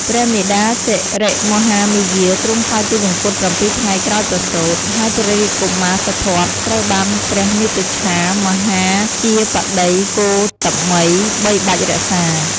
ព្រះមាតាសិរិមហាមាយា ទ្រង់សោយទិវង្គត ៧ ថ្ងៃក្រោយប្រសូត ហើយព្រះរាជកុមារសិទ្ធត្ថត្រូវបានព្រះមាតុច្ឆាមហាបជាបតីគោតមីបីបាច់រក្សា។